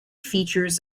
features